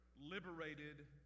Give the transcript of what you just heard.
Liberated